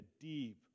deep